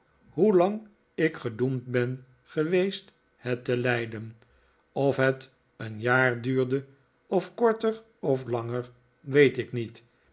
hoelang ik gedoemd ben geweest het te leiden of het een jaar duurde of korter of langer weet ik niet